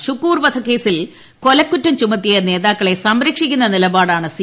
ഷുക്കൂർ വധക്കേസിൽ ക്കൂല്കുറ്റം ചുമത്തിയ നേതാക്കളെ സംരക്ഷിക്കുന്ന നിലപാടാണ് സി